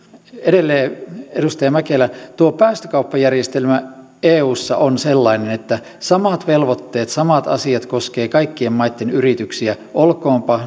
edelleen edustaja mäkelä tuo päästökauppajärjestelmä eussa on sellainen että samat velvoitteet samat asiat koskevat kaikkien maitten yrityksiä olkoonpa